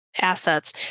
assets